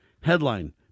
Headline